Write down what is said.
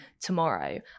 tomorrow